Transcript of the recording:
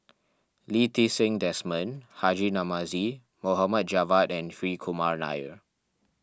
Lee Ti Seng Desmond Haji Namazie Mohd Javad and Hri Kumar Nair